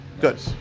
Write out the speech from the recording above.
Good